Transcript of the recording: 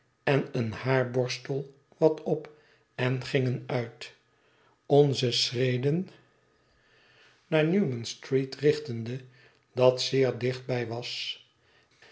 en een haarborstel wat op en gingen uit onze schreden naar newmanstreet richtende dat zeer dichtbij was